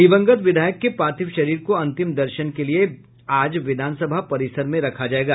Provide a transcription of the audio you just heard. दिवंगत विधायक के पार्थिव शरीर को अंतिम दर्शन के लिए आज विधान सभा परिसर में रखा जायेगा